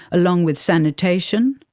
along with sanitation,